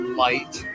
light